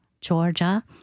Georgia